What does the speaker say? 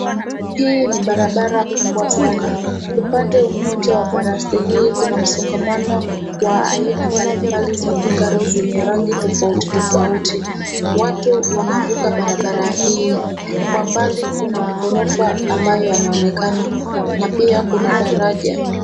Hii ni barabara kubwa sana. Upande mmoja wa baraste hii, kuna msongamano wa aina mbai mbali za magari zenye rangi tofauti tofauti. Watu wanavuka barabara hii. Kwa mbali kuna magorofa ambayo yanaonekana, na pia kuna daraja.